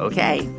ok.